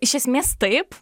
iš esmės taip